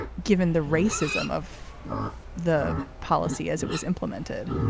given the racism of the policy as it was implemented?